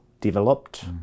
developed